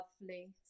lovely